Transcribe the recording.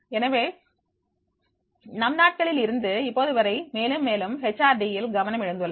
எனவே நம் நாட்களில் இருந்து இப்போது வரை மேலும் மேலும் எச் ஆர் டி யில் கவனம் எழுந்துள்ளது